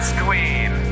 queen